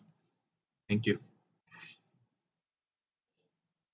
thank you